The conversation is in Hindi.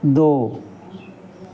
दो